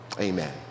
Amen